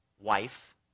wife